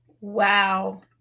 Wow